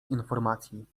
informacji